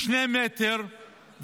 שני מטרים,